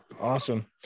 Awesome